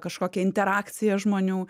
kažkokią interakciją žmonių